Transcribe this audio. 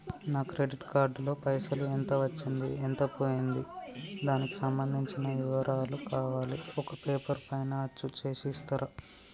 నా credit card లో పైసలు ఎంత వచ్చింది ఎంత పోయింది దానికి సంబంధించిన వివరాలు కావాలి ఒక పేపర్ పైన అచ్చు చేసి ఇస్తరా?